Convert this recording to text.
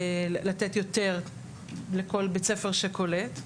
לתת יותר לכל בית ספר שקולט,